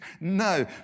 No